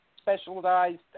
Specialized